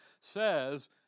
says